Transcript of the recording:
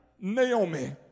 Naomi